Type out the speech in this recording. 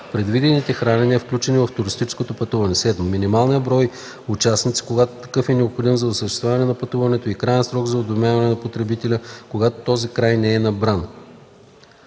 предвидените хранения, включени в туристическото пътуване; 7. минималния брой участници, когато такъв е необходим за осъществяване на пътуването, и краен срок за уведомяване на потребителя, когато този брой не е набран;